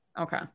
Okay